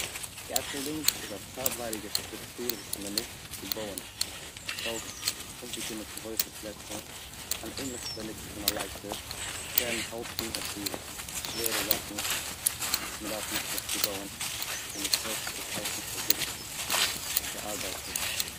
סקעפאלדינג איז א צייטווייליגע סטרוקטור וואס מען נוצט צו בויען עס העלפט אנצוקומען צו הויכע פלעצער אן ענליכע באנוץ פון א לייטער, עס קען האלטן אויף זיך שווערע זאכן וואס מען דארף האבן אויף צו בויען און עס העלפט אויך האלטן פארזיכערט די ארבייטער.